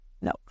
No